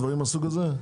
דברים מהסוג הזה?